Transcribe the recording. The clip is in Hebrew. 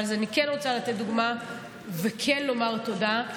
אבל אני כן רוצה לתת דוגמה וכן לומר תודה,